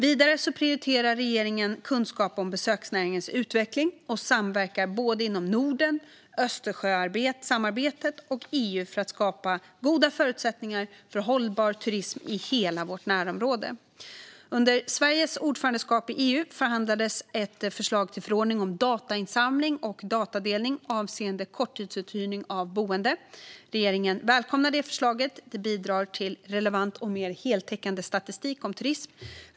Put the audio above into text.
Vidare prioriterar regeringen kunskap om besöksnäringens utveckling och samverkar inom såväl Norden och Östersjösamarbetet som EU för att skapa goda förutsättningar för hållbar turism i hela vårt närområde. Under Sveriges ordförandeskap i EU förhandlades ett förslag till förordning om datainsamling och datadelning avseende korttidsuthyrning av boende. Regeringen välkomnar förslaget. Det bidrar till relevant och mer heltäckande statistik om turism.